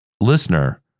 listener